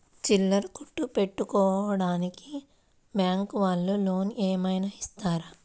చిల్లర కొట్టు పెట్టుకోడానికి బ్యాంకు వాళ్ళు లోన్ ఏమైనా ఇస్తారా?